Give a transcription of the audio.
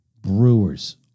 Brewers